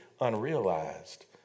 unrealized